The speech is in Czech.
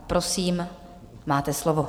Prosím, máte slovo.